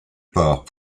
part